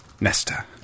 Nesta